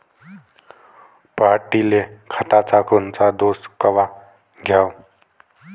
पऱ्हाटीले खताचा कोनचा डोस कवा द्याव?